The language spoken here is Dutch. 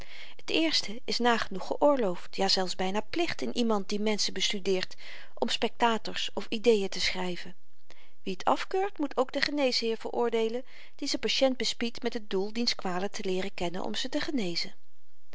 t eerste is nagenoeg geoorloofd jazelfs byna plicht in iemand die menschen bestudeert om spectators of ideen te schryven wie t afkeurt moet ook den geneesheer veroordeelen die z'n patient bespiedt met het doel diens kwalen te leeren kennen om ze te genezen